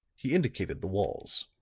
he indicated the walls.